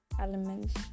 elements